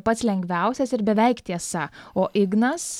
pats lengviausias ir beveik tiesa o ignas